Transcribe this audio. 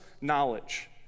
knowledge